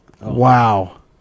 wow